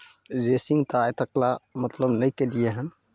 racing तऽ आइ तक लेल मतलब नहि केलियै हन